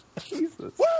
Jesus